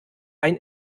ein